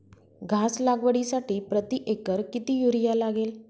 घास लागवडीसाठी प्रति एकर किती युरिया लागेल?